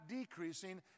decreasing